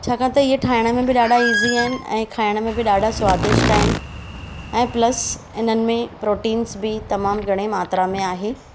छाकाणि त इहा ठाइण में बि ॾाढा इज़ी आहिनि ऐं खाइण में बि ॾाढा स्वादिष्ट आहिनि ऐं प्लस इन्हनि में प्रोटीन्स बि तमामु घणे मात्रा में आहे